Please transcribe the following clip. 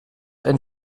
ein